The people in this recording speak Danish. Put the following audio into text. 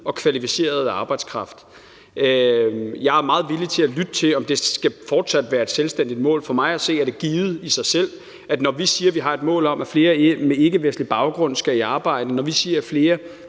og kvalificerede arbejdskraft. Jeg er meget villig til at lytte til, om det fortsat skal være et selvstændigt mål. For mig at se er det givet i sig selv, at når vi siger, at vi har et mål om, at flere med ikkevestlig baggrund skal i arbejde, og at når vi siger, at flere